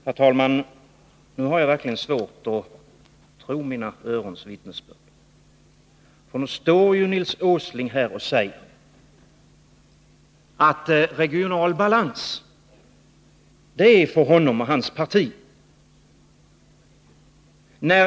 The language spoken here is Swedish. Herr talman! Nu har jag verkligen svårt att tro mina örons vittnesbörd. Nu står Nils Åsling här och säger att regional balans är för honom och hans parti.